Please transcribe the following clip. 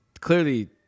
clearly